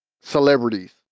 celebrities